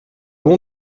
bon